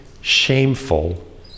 shameful